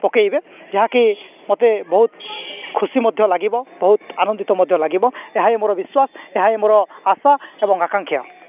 ପକାଇବେ ଯାହାକି ମୋତେ ବହୁତ ଖୁସି ମଧ୍ୟ ଲାଗିବ ବହୁତ ଆନନ୍ଦିତ ମଧ୍ୟ ଲାଗିବ ଏହା ହିଁ ମୋର ବିଶ୍ୱାସ ଏହା ହିଁ ମୋର ଆଶା ଏବଂ ଆକାଂକ୍ଷା